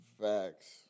Facts